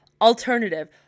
alternative